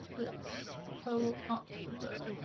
let's pull up the.